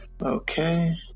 Okay